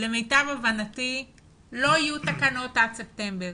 למיטב הבנתי לא יהיו תקנות עד ספטמבר.